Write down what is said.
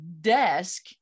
desk